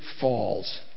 falls